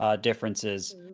differences